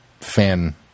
fan